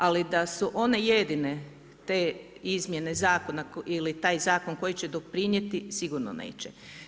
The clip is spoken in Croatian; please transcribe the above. Ali da su one jedine te izmjene zakona ili taj zakon koji će doprinijeti sigurno neće.